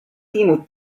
timu